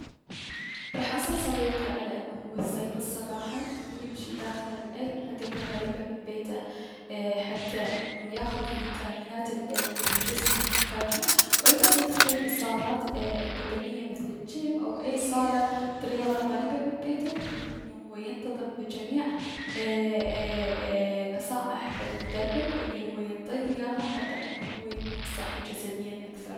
راح انصح صديقي على انو هو يستيقظ صباحا و يمشي داخل اي حديقة قريبة من بيته اي- حتى انو انو هو ياخذ الفيتامينات الي جسمه يحتاجها، و ايضا يدخل بصالات بدنية مثل الجيم او اي صالة رياضة قريبة من بيته و انو هو ينتظم بجميع اي اي ايي- نصائح المدرب الي هو ينطيه ياها حتى انو هو يكون صحي جسديا اكثر.